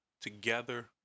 together